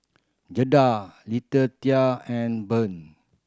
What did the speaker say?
Jada Letitia and Burr